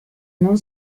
non